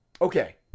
Okay